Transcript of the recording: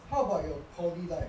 what about your poly life